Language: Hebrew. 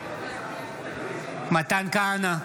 בעד מתן כהנא,